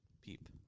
Peep